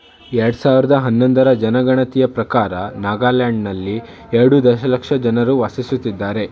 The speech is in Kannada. ಎರಡು ಸಾವಿರದ ಹನ್ನೊಂದರ ಜನಗಣತಿಯ ಪ್ರಕಾರ ನಾಗಾಲ್ಯಾಂಡ್ನಲ್ಲಿ ಎರಡು ದಶಲಕ್ಷ ಜನರು ವಾಸಿಸುತ್ತಿದ್ದಾರೆ